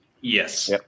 Yes